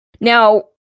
Now